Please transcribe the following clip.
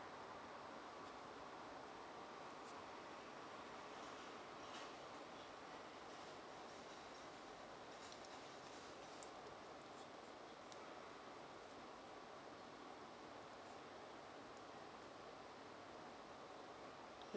mm